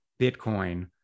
Bitcoin